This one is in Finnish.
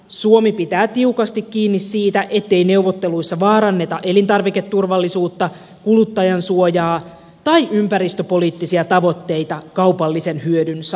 suomi pitää tiukasti kiinni siitä ettei neuvotteluissa vaaranneta elintarviketurvallisuutta kuluttajansuojaa tai ympäristöpoliittisia tavoitteita kaupallisen hyödyn saamiseksi